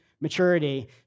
maturity